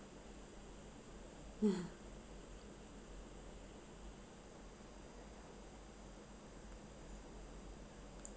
ya